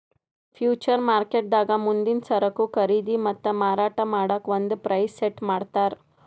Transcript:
future ಮಾರ್ಕೆಟ್ದಾಗ್ ಮುಂದಿನ್ ಸರಕು ಖರೀದಿ ಮತ್ತ್ ಮಾರಾಟ್ ಮಾಡಕ್ಕ್ ಒಂದ್ ಪ್ರೈಸ್ ಸೆಟ್ ಮಾಡ್ತರ್